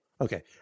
Okay